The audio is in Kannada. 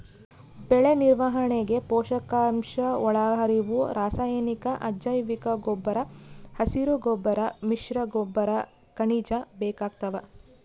ಬೆಳೆನಿರ್ವಹಣೆಗೆ ಪೋಷಕಾಂಶಒಳಹರಿವು ರಾಸಾಯನಿಕ ಅಜೈವಿಕಗೊಬ್ಬರ ಹಸಿರುಗೊಬ್ಬರ ಮಿಶ್ರಗೊಬ್ಬರ ಖನಿಜ ಬೇಕಾಗ್ತಾವ